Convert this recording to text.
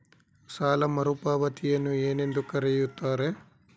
ಸಾಲ ಮರುಪಾವತಿಯನ್ನು ಏನೆಂದು ಕರೆಯುತ್ತಾರೆ?